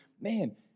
man